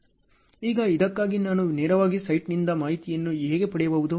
ಈಗ ಇದಕ್ಕಾಗಿ ನಾನು ನೇರವಾಗಿ ಸೈಟ್ನಿಂದ ಮಾಹಿತಿಯನ್ನು ಹೇಗೆ ಪಡೆಯಬಹುದು